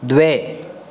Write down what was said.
द्वे